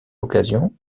occasion